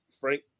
Frank